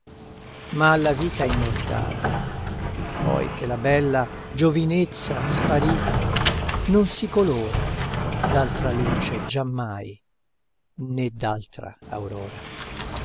ma la vita mortal poi che la bella giovinezza sparì non si colora d'altra luce giammai né d'altra aurora